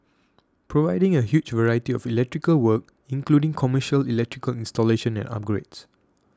providing a huge variety of electrical work including commercial electrical installation and upgrades